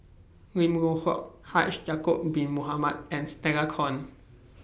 Lim Loh Huat Haji Ya'Acob Bin Mohamed and Stella Kon